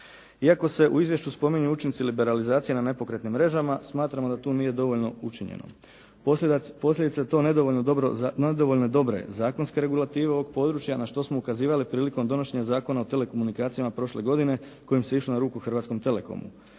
Iako se u izvješću spominju učinci liberalizacije na nepokretnim mrežama smatramo da tu nije dovoljno učinjeno. Posljedica je to nedovoljno dobre zakonske regulative ovog područja na što smo ukazivali prilikom donošenja Zakona o telekomunikacijama prošle godine kojim se išlo na ruku Hrvatskom Telekomu.